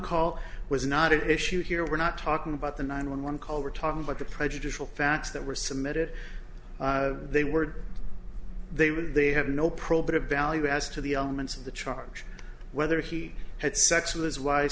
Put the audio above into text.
call was not at issue here we're not talking about the nine one one call we're talking about the prejudicial facts that were submitted they were they were they have no probative value as to the elements of the charge whether he had sex with his wife